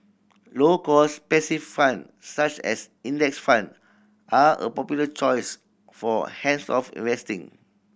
low cost passive fund such as index fund are a popular choice for hands off investing